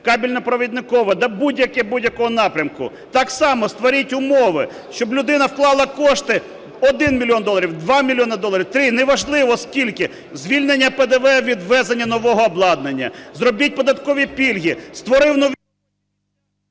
кабельно-провідникове, да будь-яке, будь-якого напрямку, так само створіть умови, щоб людина вклала кошти 1 мільйон доларів, 2 мільйона доларів, три, неважливо скільки. Звільнення ПДВ від ввезення нового обладнання, зробіть податкові пільги…